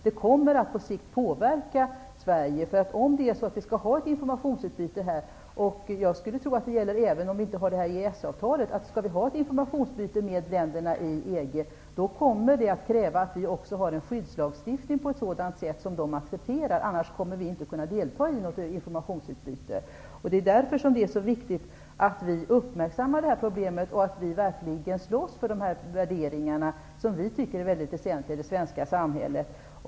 Det kommer att påverka Sverige på sikt. Det gäller även om vi inte har ett EES-avtal. Om vi skall ha ett informationsutbyte med länderna i EG, kommer det att kräva att vi har en skyddslagstiftning som de accepterar. Annars kommer vi inte att kunna delta i något informationsutbyte. Det är viktigt att vi uppmärksammar detta problem och slåss för de värderingar som vi tycker är väsentliga i det svenska samhället.